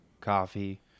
coffee